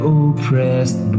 oppressed